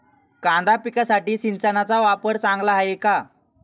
कांदा पिकासाठी सिंचनाचा वापर चांगला आहे का?